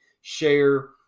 share